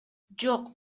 жок